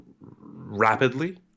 rapidly